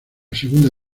segunda